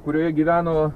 kurioje gyveno